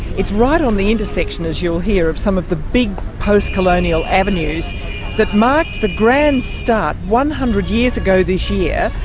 it's right on the intersection, as you'll hear, of some of the big post-colonial avenues that marked the grand start, one hundred years ago this year,